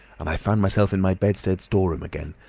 and i found myself in my bedstead storeroom again,